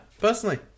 personally